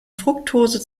fruktose